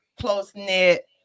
close-knit